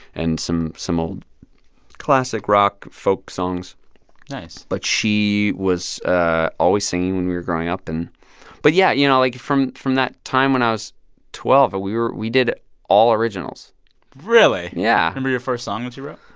and some some old classic rock, folk songs nice but she was ah always singing when we were growing up. and but yeah, you know, like, from from that time when i was twelve, we were we did all originals really? yeah and remember your first song that you wrote?